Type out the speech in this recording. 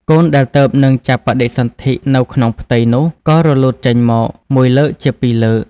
កូនដែលទើបនឹងចាប់បដិសន្ធិនៅក្នុងផ្ទៃនោះ ក៏រលូតចេញមក មួយលើកជា ពីរលើក។